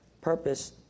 purpose